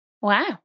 Wow